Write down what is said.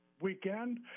weekend